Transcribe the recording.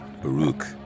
Baruch